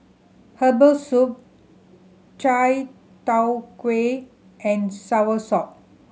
herbal soup chai tow kway and soursop